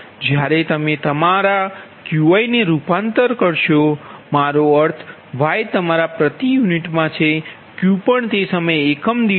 જ્યારે તમે તમારા Qi ને રૂપાંતર કરશો મારો અર્થ Y તમારા પ્રતિ યુનિટમાં છે Q પણ તે સમયે એકમ દીઠ છે